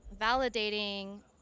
validating